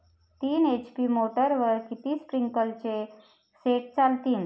तीन एच.पी मोटरवर किती स्प्रिंकलरचे सेट चालतीन?